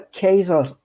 Kaiser